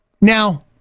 Now